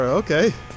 okay